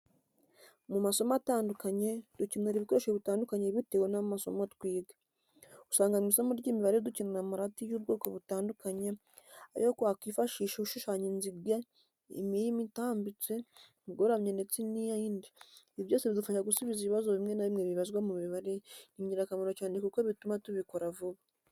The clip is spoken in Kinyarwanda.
Mu masomo atandukanye dukenera ibikoresho bitandukanye bitewe n'amasomo twiga, usanga mu isomo ry'imibare dukenera amarati y'ubwoko butandukanye ayo wakifashisha ushushanya inziga, imirongo itambitse, igoramye ndetse n'iyindi, ibi byose bidufasha gusubiza ibibazo bimwe na bimwe bibazwa mu mibare, ni ingirakamaro cyane kuko bituma tubikora vuba.